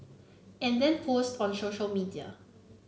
and then post on social media